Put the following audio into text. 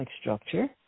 structure